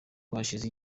hashize